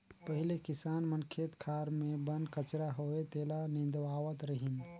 पहिले किसान मन खेत खार मे बन कचरा होवे तेला निंदवावत रिहन